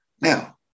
now